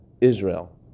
Israel